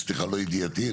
הבנתי.